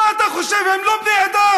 מה אתה חושב, הם לא בני אדם?